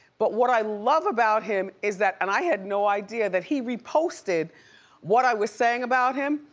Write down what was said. but what i love about him is that, and i had no idea that he reposted what i was saying about him.